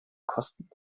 kosten